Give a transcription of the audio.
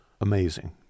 amazing